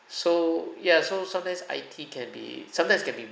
so ya so sometimes I_T can be sometimes it can be